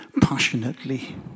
passionately